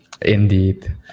Indeed